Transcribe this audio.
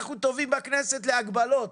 אנחנו טובים בכנסת להגבלות,